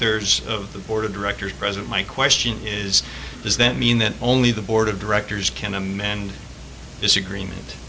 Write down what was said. thirds of the board of directors present my question is does that mean that only the board of directors can amend this agreement